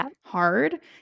hard